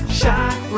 shot